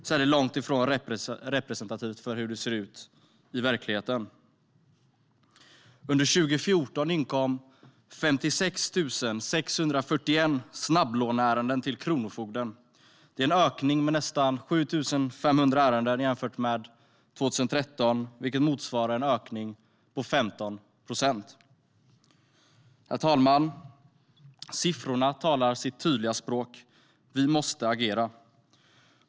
Men det är långt ifrån representativt för hur det ser ut i verkligheten. Under 2014 inkom 56 641 snabblåneärenden till kronofogden. Det var en ökning från 2013 med nästan 7 500 ärenden. Det motsvarar en ökning på 15 procent. Herr talman! Siffrorna talar sitt tydliga språk, och vi måste agera.